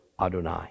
Adonai